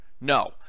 No